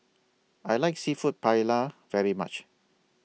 I like Seafood Paella very much